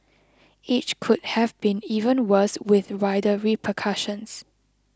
each could have been even worse with wider repercussions